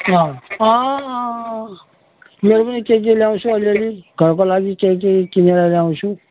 अँ अँ अँ अँ ल्याउनु नि के के ल्याउँछौ अलिअलि घरको लागि के के किनेर ल्याउँछु